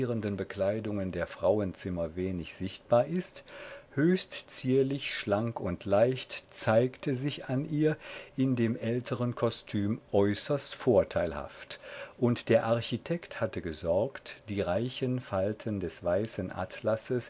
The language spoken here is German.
bekleidungen der frauenzimmer wenig sichtbar wird höchst zierlich schlank und leicht zeigte sich an ihr in dem älteren kostüm äußerst vorteilhaft und der architekt hatte gesorgt die reichen falten des weißen